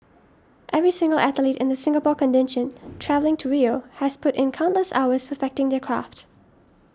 every single athlete in the Singapore contingent travelling to Rio has put in countless hours perfecting their craft